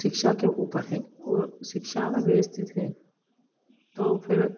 शिक्षा के ऊपर है और शिक्षा अगर व्यवस्थित है तो फिर